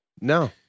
no